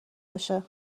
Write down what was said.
باشه